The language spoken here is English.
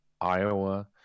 Iowa